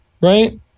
right